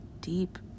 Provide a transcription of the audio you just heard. deep